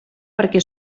perquè